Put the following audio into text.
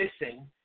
missing –